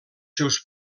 seus